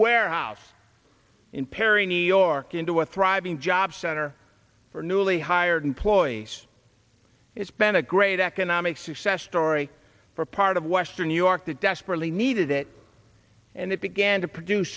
where house in perry new york into a thriving job center for newly hired ploys it's been a great economic success story for a part of western new york that desperately needed it and it began to produce